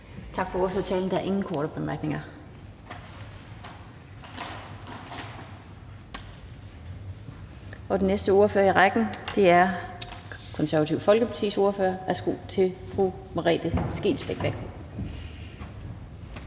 Tak for ordførertalen. Der er ingen korte bemærkninger. Den næste ordfører i rækken er fra Det Konservative Folkepartis ordfører. Værsgo til fru Merete Scheelsbeck.